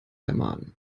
ermahnen